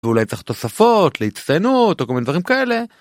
אולי צריך תוספות להצטיינות או כל מיני דברים כאלה.